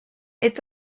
est